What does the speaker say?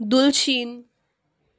दुलशीत